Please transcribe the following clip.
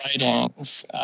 writings